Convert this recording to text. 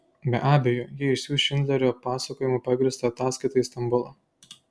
be abejo jie išsiųs šindlerio pasakojimu pagrįstą ataskaitą į stambulą